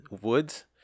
woods